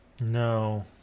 No